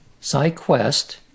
PsyQuest